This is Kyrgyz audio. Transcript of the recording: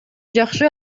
жакшы